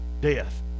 Death